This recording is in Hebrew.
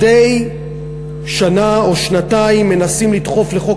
מדי שנה או שנתיים מנסים לדחוף לחוק